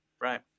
Right